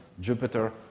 Jupiter